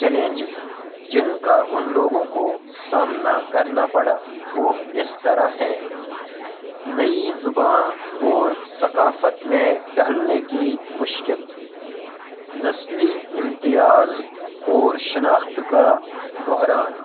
challenges جن کا ان لوگوں کو سامنا کرنا پڑا وہ اس طرح ہیں نئی زباں اور ثقافت میں ڈھلنے کی مشکل نسلی امتیاز اور شناخت کا بحران